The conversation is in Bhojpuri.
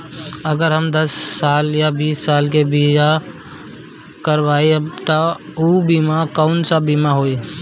अगर हम दस साल या बिस साल के बिमा करबइम त ऊ बिमा कौन सा बिमा होई?